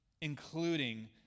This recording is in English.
including